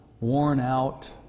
worn-out